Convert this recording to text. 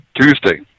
Tuesday